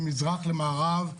ממזרח למערב,